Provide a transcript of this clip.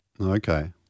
Okay